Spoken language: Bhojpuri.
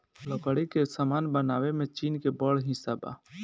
लकड़ी के सामान बनावे में चीन के बड़ हिस्सा बा